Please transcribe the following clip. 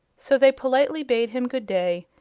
so they politely bade him good day,